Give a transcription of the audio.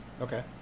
okay